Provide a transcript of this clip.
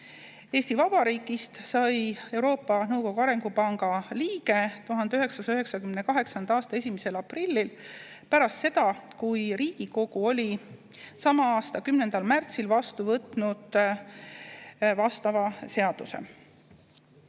Eesti Vabariigist sai Euroopa Nõukogu Arengupanga liige 1998. aasta 1. aprillil, pärast seda, kui Riigikogu oli sama aasta 10. märtsil vastu võtnud vastava seaduse.